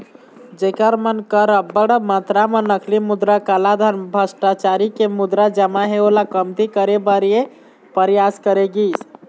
जेखर मन कर अब्बड़ मातरा म नकली मुद्रा, कालाधन, भस्टाचारी के मुद्रा जमा हे ओला कमती करे बर ये परयास करे गिस